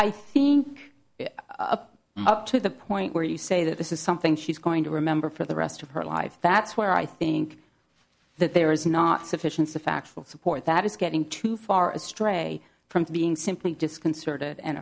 i think up to the point where you say that this is something she's going to remember for the rest of her life that's where i think that there is not sufficient to facts support that is getting too far astray from being simply disconcerted and